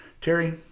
Terry